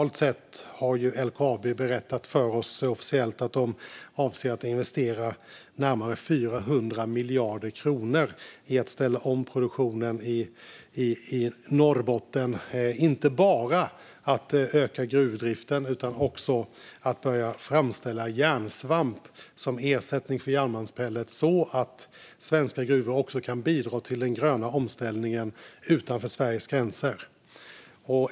LKAB har officiellt berättat för oss att man avser att investera totalt närmare 400 miljarder kronor i att ställa om produktionen i Norrbotten. Det handlar inte bara om att öka gruvdriften utan också om att börja framställa järnsvamp som ersättning för järnmalmspellets så att svenska gruvor också kan bidra till den gröna omställningen utanför Sveriges gränser.